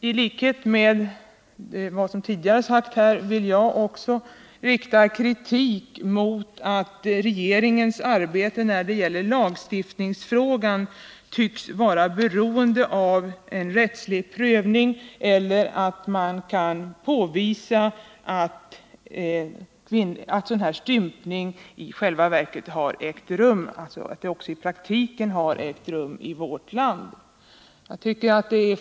I likhet med tidigare debattörer vill också jag rikta kritik mot att regeringens arbete när det gäller lagstiftningsfrågan tycks vara beroende av en rättslig prövning eller att man åtminstone först kan påvisa att stympning i praktiken har ägt rum i vårt land.